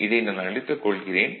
இதை நான் அழித்துக் கொள்கிறேன்